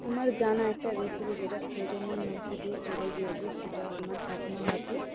আমার জানা একটা রেসিপি যেটা প্রজন্মর মধ্যে দিয়ে চলে গিয়েছে সেটা আমার ঠাকুমার হাতে